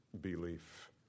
belief